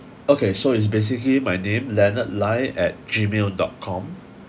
okay so is basically my name leonard Lai at gmail dot com